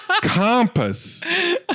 compass